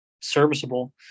serviceable